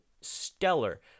stellar